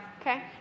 Okay